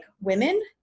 women